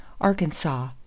Arkansas